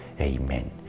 Amen